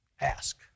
Ask